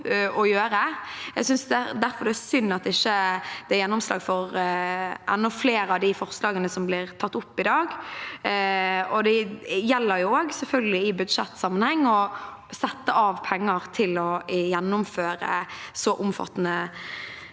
det er synd at det ikke er gjennomslag for enda flere av de forslagene som blir tatt opp i dag. Det gjelder selvfølgelig også i budsjettsammenheng å sette av penger til å gjennomføre en så omfattende